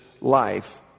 life